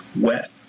wet